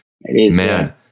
man